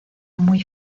muy